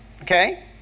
Okay